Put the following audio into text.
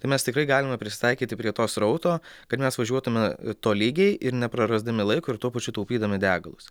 tai mes tikrai galime prisitaikyti prie to srauto kad mes važiuotume tolygiai ir neprarasdami laiko ir tuo pačiu taupydami degalus